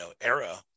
era